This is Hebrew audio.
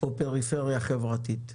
או חברתית.